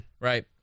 right